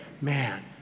Man